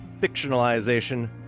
fictionalization